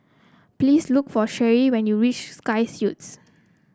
please look for Sherie when you reach Sky Suites